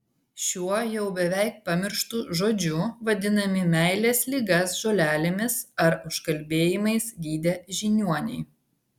šiuo jau beveik pamirštu žodžiu vadinami meilės ligas žolelėmis ar užkalbėjimais gydę žiniuoniai